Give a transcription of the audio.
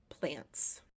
plants